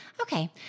okay